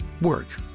work